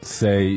say